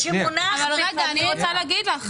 לכן אנחנו כאן.